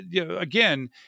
again